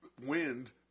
wind